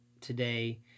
today